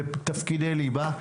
זה תפקידי ליבה.